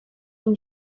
این